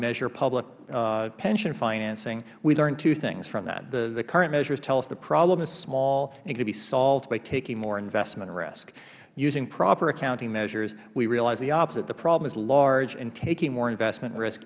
measure public pension financing we learn two things from that the current measures tell us the problem is small and can be solved by taking more investment risk using proper accounting measures we realize the opposite the problem is large and taking more investment risk